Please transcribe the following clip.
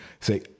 say